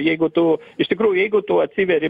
jeigu tu iš tikrųjų jeigu tu atsiveri